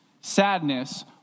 sadness